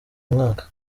mwaka